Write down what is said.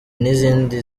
n’izindi